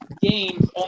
games